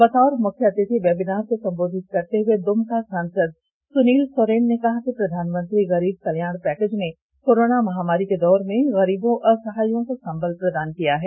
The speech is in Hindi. बतौर मुख्य अतिथि वेबिनार को संबोधित करते हुए द्रमका सांसद सुनील सोरेन ने कहा कि प्रधानमंत्री गरीब कल्याण पैकेज ने कोरोना महामारी के दौर में गरीबों असहायों को संबल प्रदान किया है